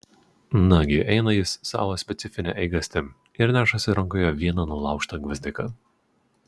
nagi eina jis savo specifine eigastim ir nešasi rankoje vieną nulaužtą gvazdiką